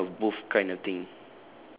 the this kind of booth kind of thing